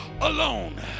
alone